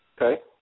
Okay